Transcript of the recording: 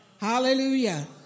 Hallelujah